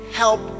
help